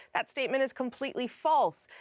that statement is completely false.